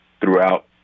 throughout